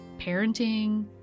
parenting